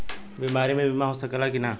बीमारी मे बीमा हो सकेला कि ना?